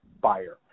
buyer